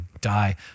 die